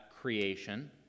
creation